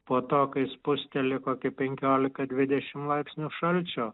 po to kai spusteli kokie penkiolika dvidešim laipsnių šalčio